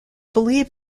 believed